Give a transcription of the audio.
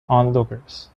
onlookers